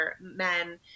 men